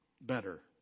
Better